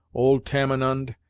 old tamenund,